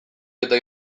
eta